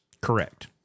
Correct